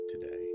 today